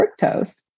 fructose